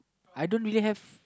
I don't really have